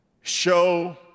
show